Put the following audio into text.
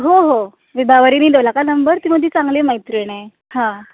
हो हो विभावरी ने दिला का नंबर ती माझी चांगली मैत्रिणी आहे हां